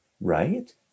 Right